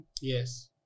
yes